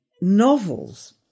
novels